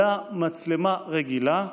אלא מצלמה רגילה,